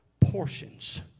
portions